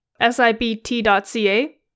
sibt.ca